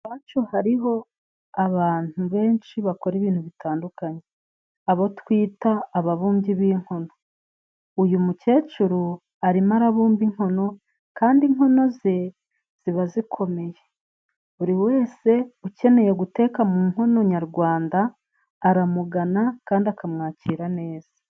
Iwacu hariho abantu benshi bakora ibintu bitandukanye abo twita ababumbyi b'inkono. Uyu mukecuru arimo arabumba inkono kandi inkono ze ziba zikomeye. Buri wese ukeneye guteka mu nkono nyarwanda, aramugana kandi akamwakira neza.